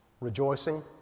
rejoicing